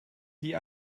die